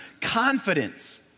confidence